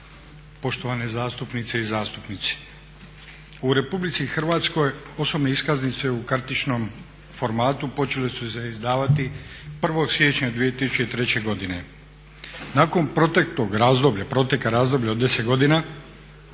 Poštovane zastupnice i zastupnici, u RH osobne iskaznice u kartičnom formatu počele su se izdavati 1.siječnja 2003.godine. Nakon proteka tog razdoblja od 10 godina